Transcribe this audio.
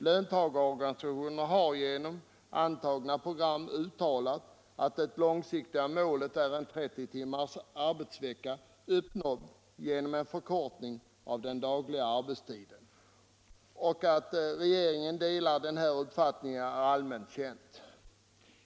Löntagarorganisationerna har i antagna program uttalat att det långsiktiga målet är en 30 timmars arbetsvecka, uppnådd genom en förkortning av den dagliga arbetstiden. Att regeringen delar den här uppfattningen är allmänt känt.